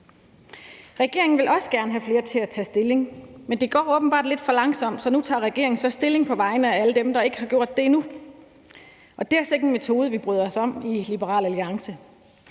Regeringen vil også gerne have flere til at tage stilling, men det går åbenbart lidt for langsomt, så nu tager regeringen så stilling på vegne af alle dem, der ikke har gjort det endnu. Det er altså ikke en metode, vi bryder os om i Liberal Alliance.